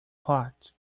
hot